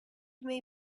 may